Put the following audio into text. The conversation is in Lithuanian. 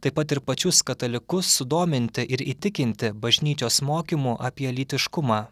taip pat ir pačius katalikus sudominti ir įtikinti bažnyčios mokymu apie lytiškumą